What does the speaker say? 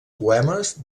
poemes